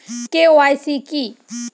KYC কি?